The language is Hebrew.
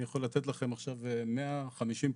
אני יכול לתת לכם עכשיו 150 פעולות